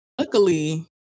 Luckily